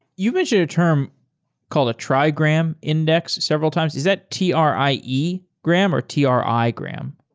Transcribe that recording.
you mentioned a term called a trigram index several times. is that t r i e gram or t r i gram?